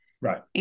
Right